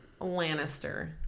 Lannister